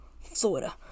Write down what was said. Florida